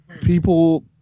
people